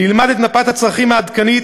נלמד את מפת הצרכים העדכנית,